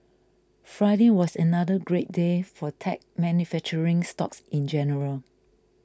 Friday was another great day for tech manufacturing stocks in general